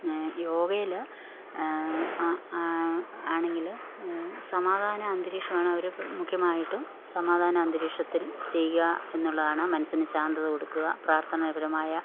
യോഗയിൽ ആണെങ്കിൽ സമാധാന അന്തരീക്ഷമാണവർ മുഖ്യമായിട്ടും സമാധാന അന്തരീക്ഷത്തിൽ ചെയ്യുക എന്നുള്ളതാണ് മനസ്സിനു ശാന്തത കൊടുക്കുക പ്രാർത്ഥനാനിർഭരമായ